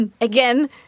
again